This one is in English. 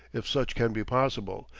if such can be possible,